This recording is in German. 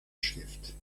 stift